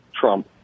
Trump